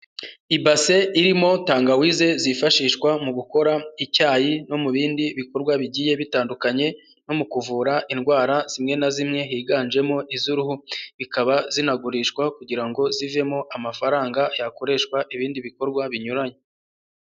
Ibase irimo tangawize zifashishwa mu gukora icyayi no mu bindi bikorwa bigiye bitandukanye no mu kuvura indwara zimwe na zimwe higanjemo iz'uruhu, zikaba zinagurishwa kugira ngo zivemo amafaranga yakoreshwa ibindi bikorwa binyuranye.